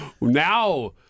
Now